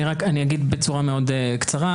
אגיד בקצרה: